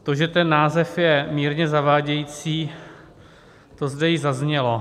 To, že ten název je mírně zavádějící, to zde již zaznělo.